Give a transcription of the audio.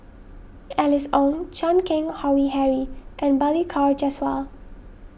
Alice Ong Chan Keng Howe Harry and Balli Kaur Jaswal